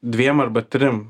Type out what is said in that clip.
dviem arba trim